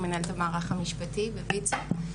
אני מנהלת המערך המשפטי בוויצו.